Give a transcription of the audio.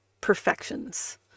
perfections